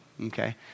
okay